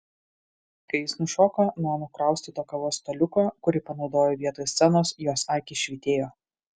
kai jis nušoko nuo nukraustyto kavos staliuko kurį panaudojo vietoj scenos jos akys švytėjo